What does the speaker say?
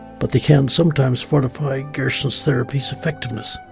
but they can sometimes fortify gerson's therapy's effectiveness,